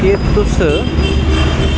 केह् तुस